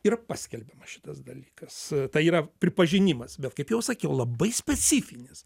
ir paskelbiamas šitas dalykas tai yra pripažinimas bet kaip jau sakiau labai specifinis